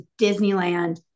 Disneyland